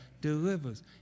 delivers